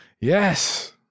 yes